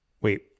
wait